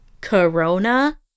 corona